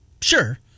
sure